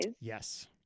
Yes